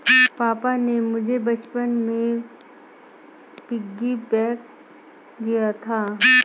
पापा ने मुझे बचपन में पिग्गी बैंक दिया था